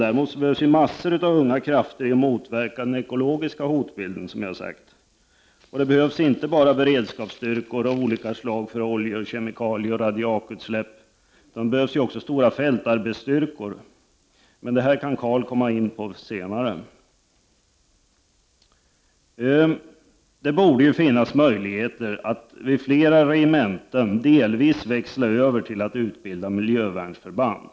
Däremot behövs det massor av unga krafter för att motverka den ekologiska hotbilden. Det behövs inte bara beredskapsstyrkor av olika slag för att bekämpa olja, kemikalier och radiakutsläpp, utan det behövs också stora fältarbetsstyrkor. Detta skall Carl Frick diskutera senare. Det borde finnas möjligheter att vid flera regementen delvis växla över till att utbilda miljövärnsförband.